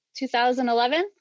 2011